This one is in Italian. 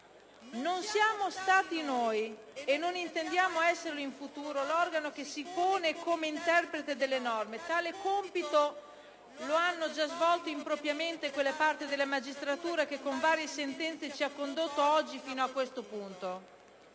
Non siamo stati noi, e non intendiamo esserlo in futuro, l'organo che si pone come interprete delle norme. Tale compito lo hanno già svolto impropriamente quelle parti della magistratura che, con varie sentenze, ci hanno condotto oggi fino a questo punto.